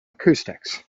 acoustics